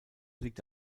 liegt